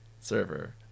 server